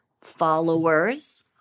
followers